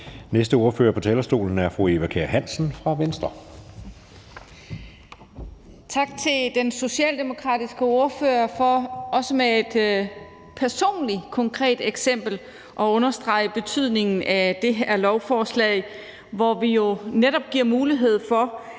10:51 (Ordfører) Eva Kjer Hansen (V): Tak til den socialdemokratiske ordfører for også med et konkret personligt eksempel at understrege betydningen af det her lovforslag, hvor vi jo netop giver mulighed for,